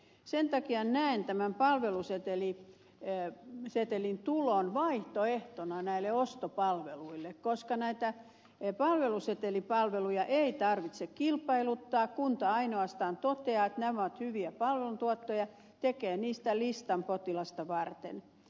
sen takia näen tämän palvelusetelin tulon vaihtoehtona näille ostopalveluille koska näitä palvelusetelipalveluja ei tarvitse kilpailuttaa kunta ainoastaan toteaa että nämä ovat hyviä palveluntuottajia tekee niistä listan potilasta varten